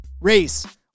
race